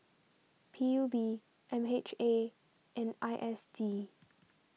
P U B M H A and I S D